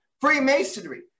Freemasonry